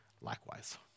likewise